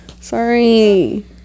sorry